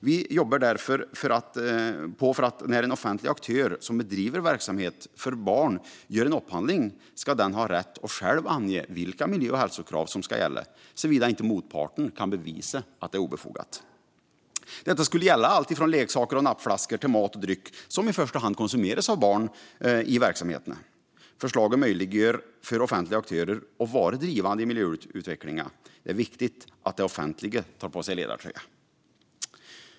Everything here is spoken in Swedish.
Vi jobbar därför för att offentliga aktörer som bedriver verksamhet för barn ska ha rätt att själva ange vilka miljö och hälsokrav som ska gälla i upphandlingar, såvida motparten inte kan bevisa att kraven är obefogade. Detta skulle gälla allt från leksaker och nappflaskor till mat och dryck som i första hand konsumeras av barn i verksamheterna. Förslaget möjliggör för offentliga aktörer att vara drivande i miljöutvecklingen. Det är viktigt att det offentliga tar på sig ledartröjan.